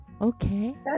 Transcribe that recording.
Okay